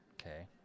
Okay